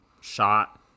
shot